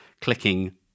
clicking